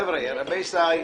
חברים יקרים,